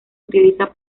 utiliza